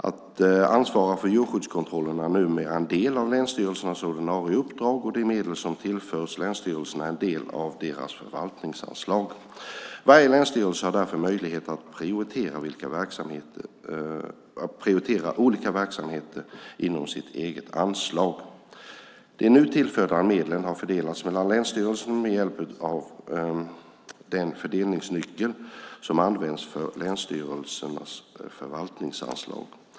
Att ansvara för djurskyddskontrollen är numera en del av länsstyrelsernas ordinarie uppdrag och de medel som tillförts länsstyrelserna är en del av deras förvaltningsanslag. Varje länsstyrelse har därför möjlighet att prioritera olika verksamheter inom sitt eget anslag. De nu tillförda medlen har fördelats mellan länsstyrelserna med hjälp av den fördelningsnyckel som används för länsstyrelsernas förvaltningsanslag.